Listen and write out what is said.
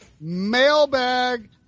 mailbag